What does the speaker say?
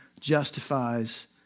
justifies